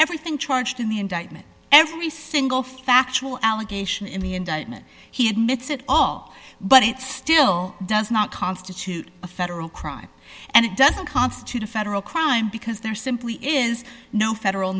everything charged in the indictment every single factual allegation in the indictment he admits it all but it still does not constitute a federal crime and it doesn't constitute a federal crime because there simply is no federal